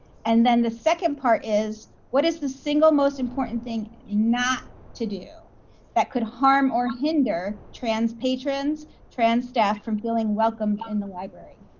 and then the second part, what is the single most important thing not to do that could harm or hinder trans patrons, trans staff from feeling welcomed in the library?